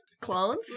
Clones